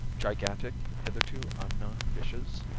gigantic, hitherto unknown fishes?